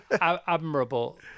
admirable